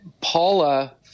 Paula